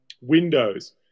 windows